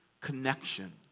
connection